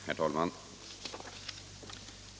Herr talman!